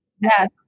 yes